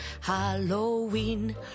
Halloween